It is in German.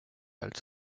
halt